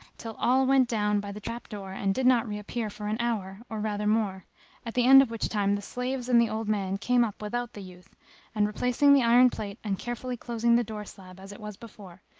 till all went down by the trap door and did not reappear for an hour, or rather more at the end of which time the slaves and the old man came up without the youth and, replacing the iron plate and carefully closing the door slab as it was before,